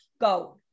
go